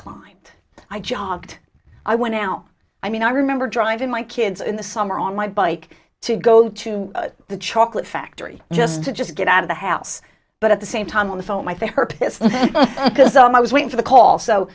climb i jogged i went out i mean i remember driving my kids in the summer on my bike to go to the chocolate factory just to just get out of the house but at the same time on the phone i think her pissed because i was waiting for the call so